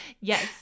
yes